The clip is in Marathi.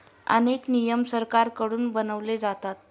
अनेक नियम सरकारकडून बनवले जातात